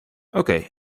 oké